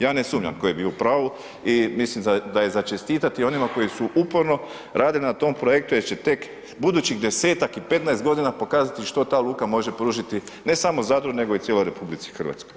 Ja ne sumnjam ko je bio u pravu i mislim da je za čestitati onima koji su uporno radili na tom projektu, jer će tek budućih 10-tak i 15 g. pokazati, što ta luka može pružiti, ne samo Zadru nego i cijeloj RH.